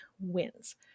wins